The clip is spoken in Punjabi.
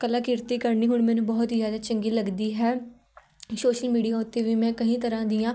ਕਲਾ ਕਿਰਤੀ ਕਰਨੀ ਹੁਣ ਮੈਨੂੰ ਬਹੁਤ ਹੀ ਜ਼ਿਆਦਾ ਚੰਗੀ ਲੱਗਦੀ ਹੈ ਸ਼ੋਸ਼ਲ ਮੀਡੀਆ ਉੱਤੇ ਵੀ ਮੈਂ ਕਈ ਤਰ੍ਹਾਂ ਦੀਆਂ